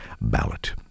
ballot